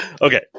Okay